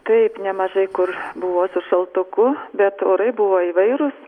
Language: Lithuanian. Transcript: taip nemažai kur buvo su šaltuku bet orai buvo įvairūs